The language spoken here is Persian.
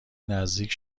نزدیک